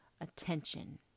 attention